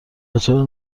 بطور